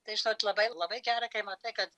tai žinot labai labai gera kai matai kad